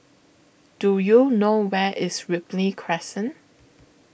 Do YOU know Where IS Ripley Crescent